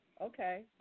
okay